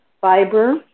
fiber